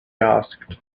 asked